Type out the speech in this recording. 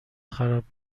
خراب